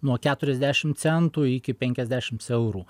nuo keturiasdešimt centų iki penkiasdešimt eurų